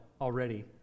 already